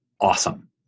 awesome